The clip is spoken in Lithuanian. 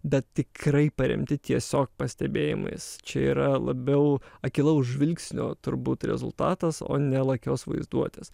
bet tikrai paremti tiesiog pastebėjimais čia yra labiau akylaus žvilgsnio turbūt rezultatas o ne lakios vaizduotės